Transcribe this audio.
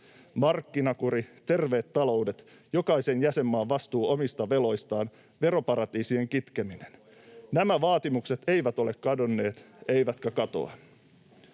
Markkinakuri, terveet taloudet, jokaisen jäsenmaan vastuu omista veloistaan, veroparatiisien kitkeminen — nämä vaatimukset eivät ole kadonneet eivätkä katoa.